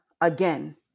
again